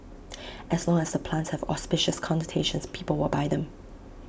as long as the plants have auspicious connotations people will buy them